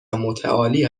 متعالی